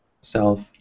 self